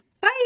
Bye